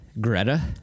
Greta